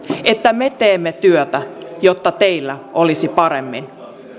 että me teemme työtä jotta teillä olisi paremmin